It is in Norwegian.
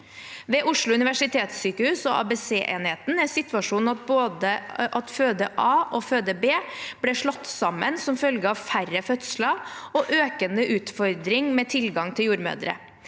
Ved Oslo universitetssykehus og ABC-enheten er situasjonen at Føde A og Føde B ble slått sammen som følge av færre fødsler og økende utfordringer med tilgang til jordmødre.